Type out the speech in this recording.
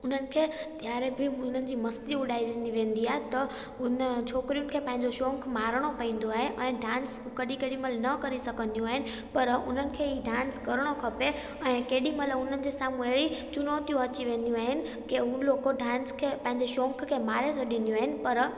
हुननि खे त हाणे बि हुननि जी मस्ती उॾाइजंदी वेंदी आहे त उन छोकिरियुनि खे पंहिंजो शौक़ु मारिणो पवंदो आहे ऐं डांस कॾी कहिड़ीमहिल न करे सघंदियूं आहिनि पर उन्हनि खे ई डांस करिणो खपे ऐं केॾीमहिल उन्हनि जे साम्हूं अहिड़ी चुनौतियूं अची वेंदियूं आहिनि की उहो लोग को डांस खे पंहिंजो शौक़ खे मारे छॾींदियूं आहिनि पर